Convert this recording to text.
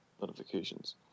notifications